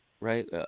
right